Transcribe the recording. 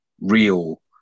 real